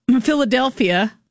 Philadelphia